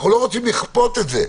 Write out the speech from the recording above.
אנחנו לא רוצים לכפות את זה,